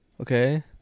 Okay